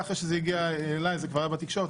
אחרי שזה הגיע אליי זה כבר היה בתקשורת.